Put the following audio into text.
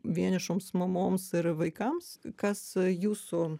vienišoms mamoms ir vaikams kas jūsų